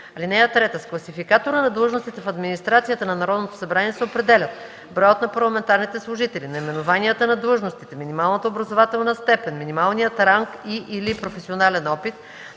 (3) С Класификатора на длъжностите в администрацията на Народното събрание се определят: броят на парламентарните служители, наименованията на длъжностите, минималната образователна степен, минималният ранг и/или професионален опит,